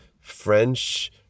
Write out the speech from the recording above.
French